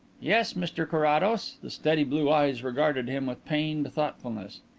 yes, mr carrados. the steady blue eyes regarded him with pained thoughtfulness.